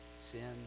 sin